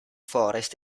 forest